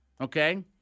okay